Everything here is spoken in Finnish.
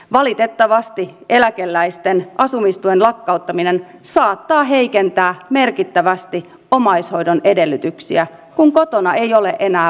valitettavasti eläkeläisten asumistuen lakkauttaminen saattaa heikentää merkittävästi omaishoidon edellytyksiä kun kotona ei ole enää varaa asua